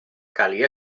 calia